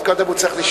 חשבתי שאני טעיתי.